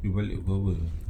you balik buat apa